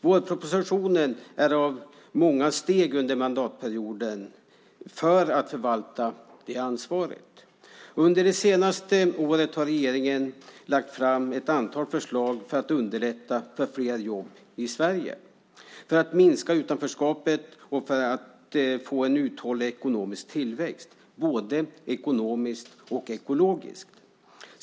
Vårpropositionen är ett av många steg under mandatperioden för att förvalta det ansvaret. Under det senaste året har regeringen lagt fram ett antal förslag för att underlätta för fler jobb i Sverige, för att minska utanförskapet och för en uthållig ekonomisk och ekologisk tillväxt.